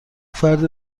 فردی